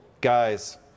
guys